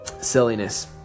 silliness